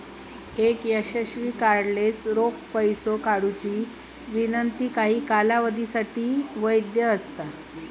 एक यशस्वी कार्डलेस रोख पैसो काढुची विनंती काही कालावधीसाठी वैध असतला